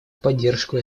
поддержку